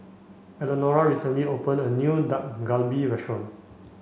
Elenora recently opened a new Dak Galbi restaurant